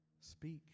Speak